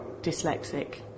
dyslexic